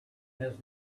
his